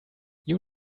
you